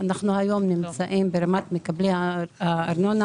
וכמעט 30% מקבלים הנחה.